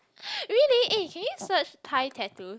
really eh can you search thigh tattoos